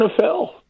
NFL